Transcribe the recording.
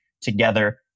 together